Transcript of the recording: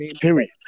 Period